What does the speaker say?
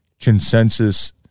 consensus